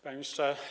Panie Ministrze!